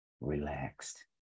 relaxed